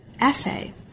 essay